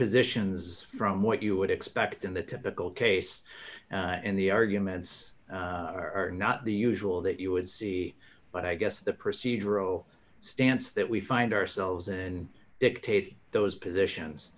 positions from what you would expect in the typical case and the arguments are not the usual that you would see but i guess the procedural stance that we find ourselves in dictates those positions